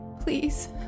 Please